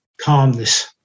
Calmness